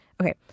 Okay